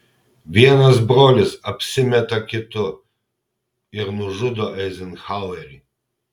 vienas brolis apsimeta kitu ir nužudo eizenhauerį